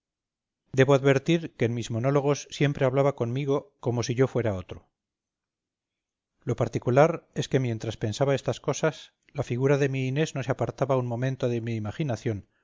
debo advertir que en mis monólogos siempre hablaba conmigo como si yo fuera otro lo particular es que mientras pensaba estas cosas la figura de mi inés no se apartaba un momento de mi imaginación